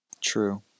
True